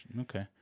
Okay